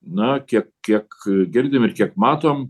na kiek kiek girdim ir kiek matom